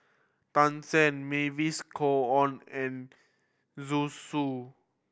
Tan Shen Mavis Khoo Oei and Zhu Xu